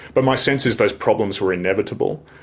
but my sense is those problems were inevitable,